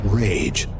rage